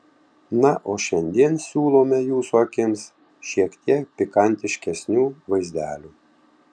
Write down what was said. na o šiandien siūlome jūsų akims šiek tiek pikantiškesnių vaizdelių